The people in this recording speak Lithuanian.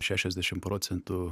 šešiasdešim procentų